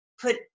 put